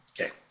Okay